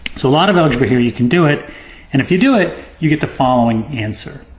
so a lot of algebra here. you can do it. and if you do it you get the following answer.